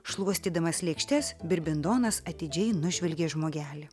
šluostydamas lėkštes birbindonas atidžiai nužvelgė žmogelį